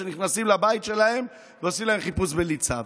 שנכנסים לבית שלהם ועושים להם חיפוש בלי צו.